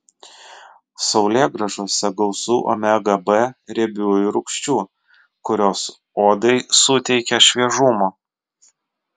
saulėgrąžose gausu omega b riebiųjų rūgščių kurios odai suteikia šviežumo